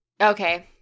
Okay